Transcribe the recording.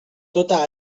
tota